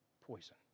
poison